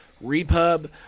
Repub